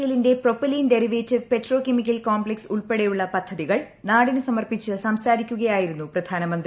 എല്ലിന്റെ propylene derivative petro chemical complex ഉൾപ്പെടെയുള്ള പദ്ധുതികൾ നാടിന് സമർപ്പിച്ച് സംസാരിക്കുകയായിരുന്നു പ്രധാനമന്ത്രി